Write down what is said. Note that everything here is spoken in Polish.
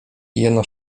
jeno